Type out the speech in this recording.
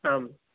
आम्